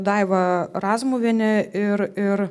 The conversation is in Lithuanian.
daiva razmuvienė ir ir